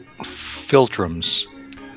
Filtrums